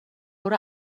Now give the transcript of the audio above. برو